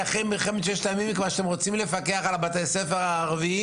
מלחמת ששת הימים כשכבר אתם רוצים לפקח על בתי הספר הערביים.